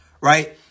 Right